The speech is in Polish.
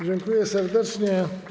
Dziękuję serdecznie.